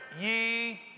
ye